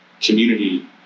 community